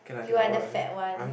you are the fat one